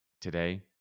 today